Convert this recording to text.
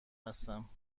هستم